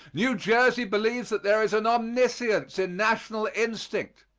new jersey believes that there is an omniscience in national instinct.